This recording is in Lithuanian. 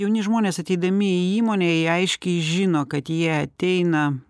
jauni žmonės ateidami į įmonę jie aiškiai žino kad jie ateina